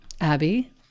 Abby